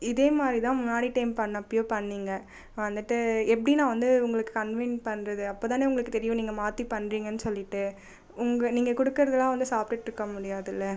இதே மாதிரி தான் முன்னாடி டைம் பண்ணிணப்பவும் பண்ணிணீங்க வந்துட்டு எப்படி நான் வந்து உங்களுக்கு கண்வின் பண்ணுறது அப்போதானே உங்களுக்கு தெரியும் நீங்கள் மாற்றி பண்றீங்கன்னு சொல்லிட்டு உங்கள் நீங்கள் கொடுக்கறதலாம் வந்து சாப்டிட்ருக்க முடியாதுலே